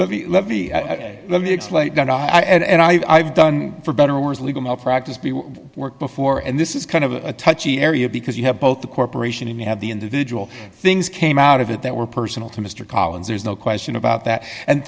but let me let me explain and i've done for better or worse legal malpractise work before and this is kind of a touchy area because you have both the corporation and you have the individual things came out of it that were personal to mr collins there's no question about that and